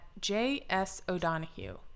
JSO'Donohue